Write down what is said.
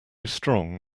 strong